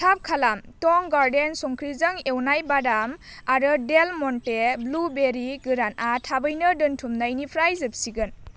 थाब खालाम टं गार्डेन संख्रिजों एवनाय बादाम आरो डेल मन्टे ब्लुबेरि गोरानआ थाबैनो दोनथुमनायनिफ्राय जोबसिगोन